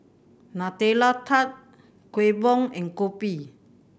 Nutella Tart Kueh Bom and kopi